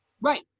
right